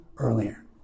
earlier